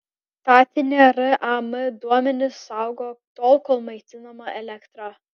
statinė ram duomenis saugo tol kol maitinama elektra